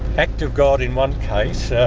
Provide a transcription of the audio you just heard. act of god in one case, yeah